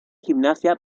gimnasia